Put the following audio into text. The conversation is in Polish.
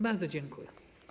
Bardzo dziękuję.